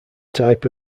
type